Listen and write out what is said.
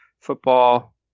football